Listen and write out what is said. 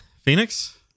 Phoenix